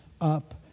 up